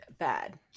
bad